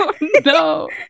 No